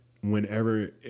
whenever